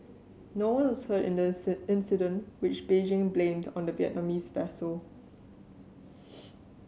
no one was hurt in this incident which Beijing blamed on the Vietnamese vessel